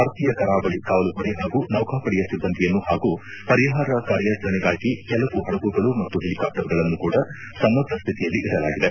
ಭಾರತೀಯ ಕರಾವಳಿ ಕಾವಲುಪದೆ ಹಾಗೂ ನೌಕಾಪದೆಯ ಸಿಬ್ಬಂದಿಯನ್ನು ಹಾಗೂ ಪರಿಹಾರ ಕಾರ್ಯಾಚರಣೆಗಾಗಿ ಕೆಲವು ಹಡಗುಗಳು ಮತ್ತು ಹೆಲಿಕಾಪ್ಸರ್ಗಳನ್ನೂ ಕೂಡ ಸನ್ನದ್ದ ಸ್ಥಿತಿಯಲ್ಲಿ ಇದಲಾಗಿದೆ